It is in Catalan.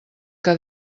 que